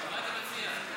מה אתה מציע?